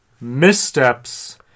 missteps